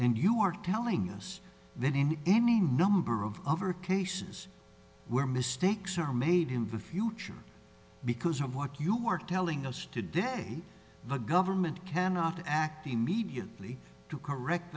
and you are telling us that in any number of other cases where mistakes are made him for future because of what you are telling us today the government cannot act immediately to correct